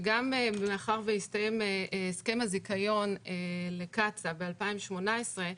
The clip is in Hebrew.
ומאחר שהסתיים הסכם הזיכיון לקצא"א ב-2018,